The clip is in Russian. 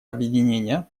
объединения